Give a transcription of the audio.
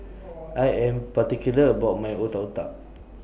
I Am particular about My Otak Otak